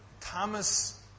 Thomas